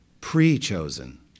pre-chosen